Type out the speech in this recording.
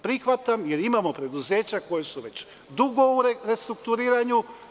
Prihvatam jer imamo preduzeća koja su već dugo u restrukturiranju.